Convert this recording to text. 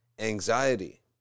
Anxiety